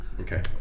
Okay